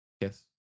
Yes